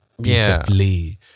beautifully